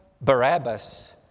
Barabbas